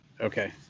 Okay